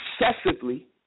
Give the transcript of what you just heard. excessively